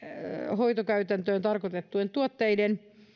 hoitokäyttöön tarkoitettujen tuotteiden